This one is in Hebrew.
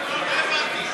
המרכזית.